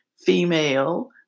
female